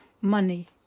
money